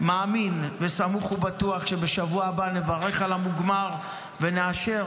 מאמין וסמוך ובטוח שבשבוע הבא נברך על המוגמר ונאשר